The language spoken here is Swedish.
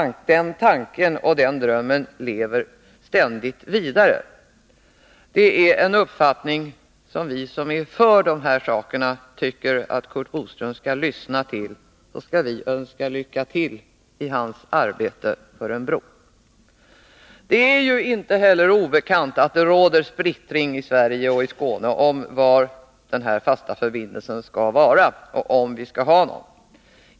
Den tanken och den drömmen lever ständigt vidare. Det är en uppfattning som vi som är för en fast förbindelse tycker att Curt Boström skall lyssna till. I så fall önskar vi honom lycka till i hans arbete vad gäller en bro över Öresund. Vidare är det inte obekant att det råder splittring i Skåne och i Sverige över huvud taget om mellan vilka punkter en fast förbindelse skall finnas och om vi skall ha en sådan.